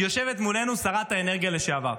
יושבת מולנו שרת האנרגיה לשעבר.